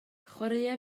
chwaraea